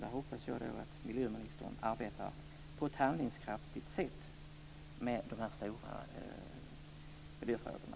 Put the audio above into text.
Då hoppas jag att miljöministern arbetar på ett handlingskraftigt sätt med de här stora miljöfrågorna.